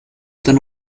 than